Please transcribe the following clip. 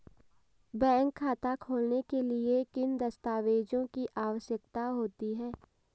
Bank खाता खोलने के लिए किन दस्तावेज़ों की आवश्यकता होती है?